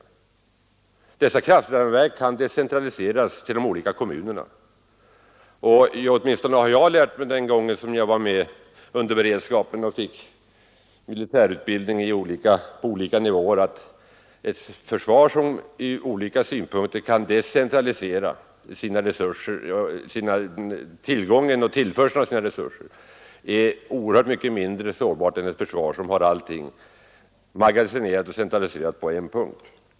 Dessa kraftvärmeverk kan decentraliseras till de olika kommunerna. Under min militärutbildning i beredskapen lärde jag mig att ett försvar som kan decentralisera tillförseln av sina resurser är oerhört mycket mindre sårbart än ett försvar som har allt magasinerat och centraliserat på en plats.